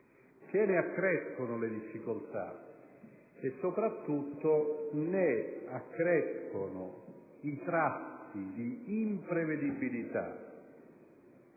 che ne accrescono le difficoltà, e soprattutto ne accrescono i tratti di imprevedibilità